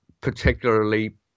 particularly